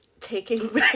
taking